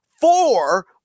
four